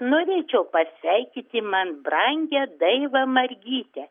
norėčiau pasveikyti man brangią daivą margytę